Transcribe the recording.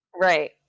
Right